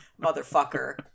motherfucker